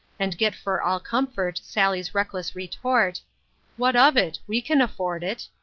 and get for all comfort sally's reckless retort what of it? we can afford it.